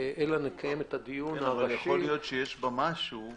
אלא נקיים את הדיון --- אבל יכול להיות שיש בה משהו,